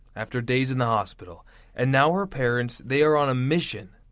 after days in the hospital and now her parents they're on a mission.